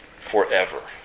forever